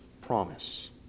promise